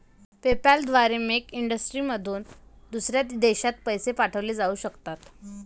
PayPal द्वारे मेक कंट्रीमधून दुसऱ्या देशात पैसे पाठवले जाऊ शकतात